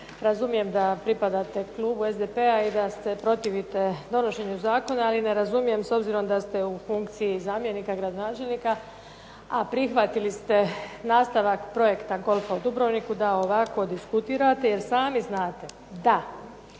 Razumijem da pripadate klubu SDP-a i da se protivite donošenju zakona, ali ne razumijem s obzirom da ste u funkciji zamjenika gradonačelnika, a prihvatili ste nastavak projekta koliko Dubrovniku da ovako diskutirate. Jer sami znate da